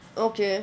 okay